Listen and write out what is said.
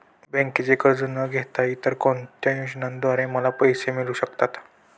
बँकेचे कर्ज न घेता इतर कोणत्या योजनांद्वारे मला पैसे मिळू शकतात?